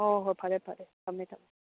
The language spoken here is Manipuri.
ꯑꯣ ꯍꯣꯏ ꯐꯔꯦ ꯐꯔꯦ ꯊꯝꯃꯦ